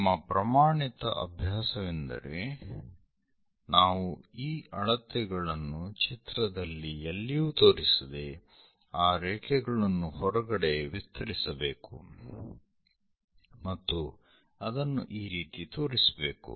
ನಮ್ಮ ಪ್ರಮಾಣಿತ ಅಭ್ಯಾಸವೆಂದರೆ ನಾವು ಈ ಅಳತೆಗಳನ್ನು ಚಿತ್ರದಲ್ಲಿ ಎಲ್ಲಿಯೂ ತೋರಿಸದೆ ಆ ರೇಖೆಗಳನ್ನು ಹೊರಗಡೆ ವಿಸ್ತರಿಸಬೇಕು ಮತ್ತು ಅದನ್ನು ಈ ರೀತಿ ತೋರಿಸಬೇಕು